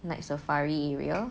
night safari area